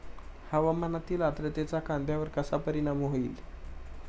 हवामानातील आर्द्रतेचा कांद्यावर कसा परिणाम होईल?